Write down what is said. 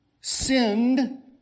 sinned